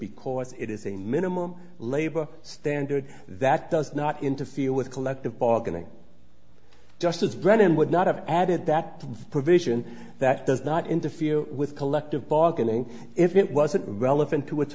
because it is a minimum labor standard that does not interfere with collective bargaining justice brennan would not have added that provision that does not interfere with collective bargaining if it wasn't relevant to what's